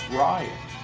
riot